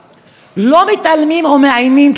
לא מתעלמים או מאיימים כי אפשר.